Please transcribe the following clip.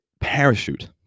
parachute